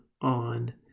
on